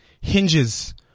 hinges